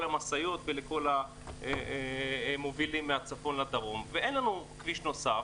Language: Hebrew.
המשאיות והמובילים מהצפון לדרום ואין לנו כביש נוסף